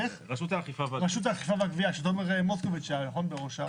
שתומר מוסקוביץ עמד בראשה.